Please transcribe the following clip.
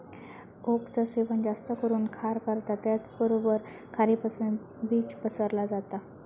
ओकचा सेवन जास्त करून खार करता त्याचबरोबर खारीपासुन बीज पसरला जाता